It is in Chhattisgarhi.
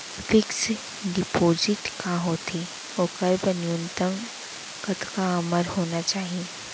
फिक्स डिपोजिट का होथे ओखर बर न्यूनतम कतका उमर होना चाहि?